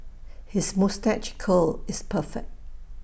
his moustache curl is perfect